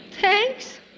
Thanks